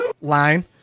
line